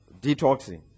detoxing